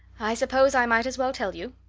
i suppose i might as well tell you.